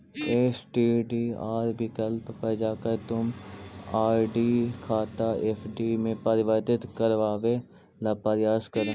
STDR विकल्प पर जाकर तुम आर.डी खाता एफ.डी में परिवर्तित करवावे ला प्रायस करा